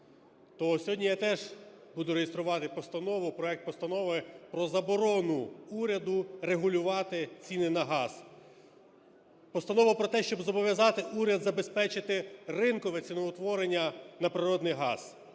сьогодні я теж буду реєструвати постанову, проект Постанови про заборону уряду регулювати ціни на газ. Постанова про те, щоб зобов'язати уряд забезпечити ринкове ціноутворення на природний газ,